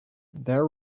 there